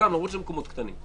להוריד מקומות קטנים?